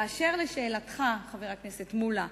אשר לשאלתך, חבר הכנסת מולה,